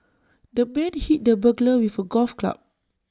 the man hit the burglar with A golf club